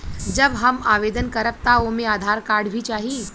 जब हम आवेदन करब त ओमे आधार कार्ड भी चाही?